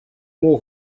муу